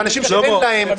זה אנשים שאין להם.